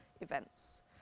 events